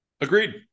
Agreed